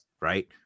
right